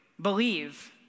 believe